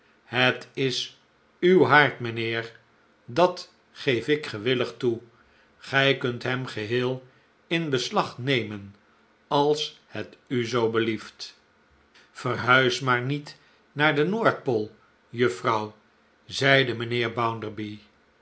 het is uw haard mijnheer dat geef ik gewillig toe gij kunt hem geheel in beslag nemen als het u zoo belieft verhuis maar niet naar de noordpool juffrouw zeide mijnheer